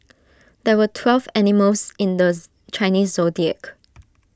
there are twelve animals in this Chinese Zodiac